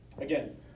Again